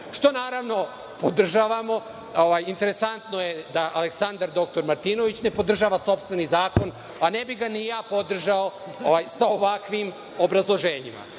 što naravno podržavamo. Interesantno je da Aleksandar dr Martinović ne podržava sopstveni zakon, a ne bi ga ni ja podržao sa ovakvim obrazloženjima